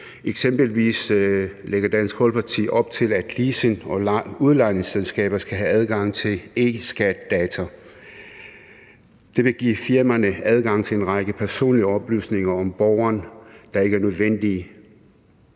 eksempelvis op til, at leasing- og udlejningsselskaber skal have adgang til eSkatData, og det vil give firmaerne adgang til en række personlige oplysninger om borgeren, og det er ikke nødvendigt.